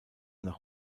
nach